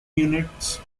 units